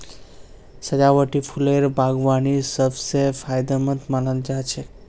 सजावटी फूलेर बागवानी सब स फायदेमंद मानाल जा छेक